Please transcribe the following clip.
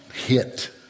hit